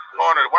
corner